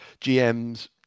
GMs